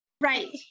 right